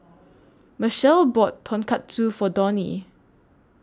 Machelle bought Tonkatsu For Donie